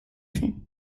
zen